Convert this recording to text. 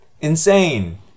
Insane